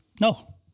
No